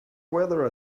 weather